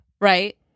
Right